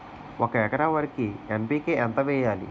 ఒక ఎకర వరికి ఎన్.పి.కే ఎంత వేయాలి?